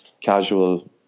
casual